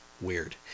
weird